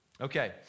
Okay